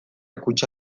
kutxa